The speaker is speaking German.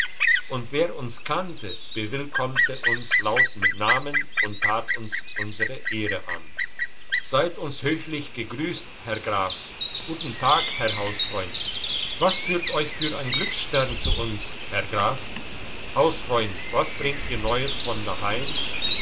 und wer uns kannte bewillkommte uns laut mit namen und tat uns unsre ehre an seid uns höchlich gegrüsst herr graf guten tag herr hausfreund was führt euch für ein glücksstern zu uns herr graf hausfreund was bringt ihr neues von daheim